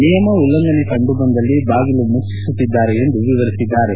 ನಿಯಮ ಉಲ್ಲಂಘನೆ ಕಂಡು ಬಂದಲ್ಲಿ ಬಾಗಿಲು ಮುಚ್ಚಿಸುತ್ತಿದ್ದಾರೆ ಎಂದು ವಿವರಿಸಿದ್ದಾರೆ